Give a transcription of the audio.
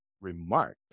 remarks